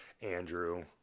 andrew